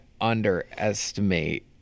underestimate